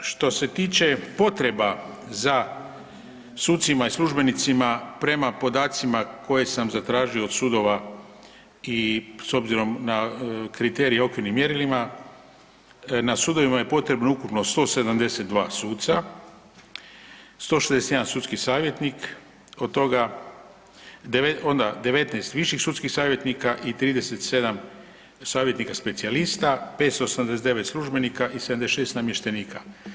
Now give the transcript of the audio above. Što se tiče potreba za sucima i službenicima prema podacima koje sam zatražio od sudova i s obzirom na kriterij i okvirnim mjerilima, na sudovima je potrebno ukupno 172 suca, 161 sudski savjetnik od toga, onda 19 viših sudskih savjetnika i 37 savjetnika specijalista, 589 službenika i 76 namještenika.